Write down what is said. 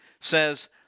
says